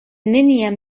neniam